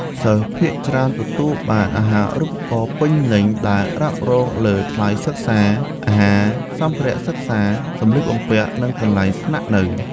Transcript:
សិស្សភាគច្រើនទទួលបានអាហារូបករណ៍ពេញលេញ ដែលរ៉ាប់រងលើថ្លៃសិក្សា អាហារ សម្ភារៈសិក្សា សម្លៀកបំពាក់ និងកន្លែងស្នាក់នៅ។